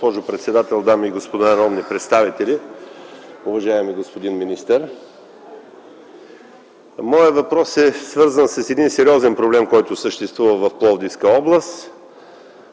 госпожо председател, дами и господа народни представители, уважаеми господин министър! Моят въпрос е свързан със сериозен проблем, който съществува в Пловдивска област.